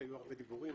כי היו הרבה דיבורים,